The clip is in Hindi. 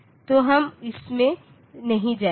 तो हम इसमें नहीं जाएंगे